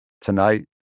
Tonight